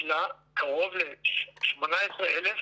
טיפלה קרוב ל-18 אלף